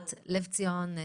בבקשה, תשתפי.